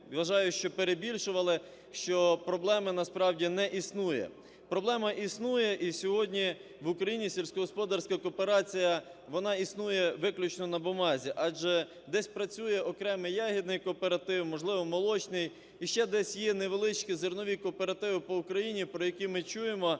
вважаю, що перебільшували, що проблеми насправді не існує. Проблема існує. І сьогодні в Україні сільськогосподарська кооперація, вона існує виключно на бумазі, адже десь працює окремо ягідний кооператив, можливо, молочний, і ще десь є невеличкі зернові кооперативи по Україні, про які ми чуємо,